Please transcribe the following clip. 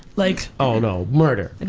like oh no, murder. and